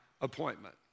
appointment